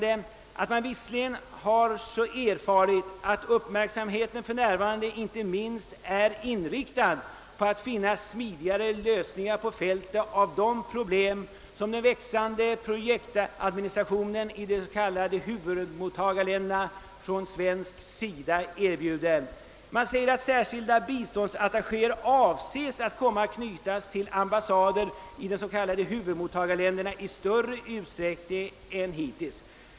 Utskottet skriver i sitt utlåtande att man erfarit att uppmärksamheten för närvarande inte minst är inriktad på att finna smidigare lösningar på fältet av de problem som den växande projektadministrationen i de s.k. huvudmottagarländerna för svenskt bistånd erbjuder. Utskottet uttalar att särskilda svenska biståndsattachéer avses komma att bli knutna till ambassader i de s.k. huvudmottagarländerna i större utsträckning än hittills.